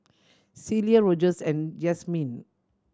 Celia Rogers and Yasmine